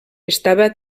estava